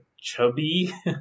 chubby